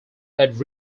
had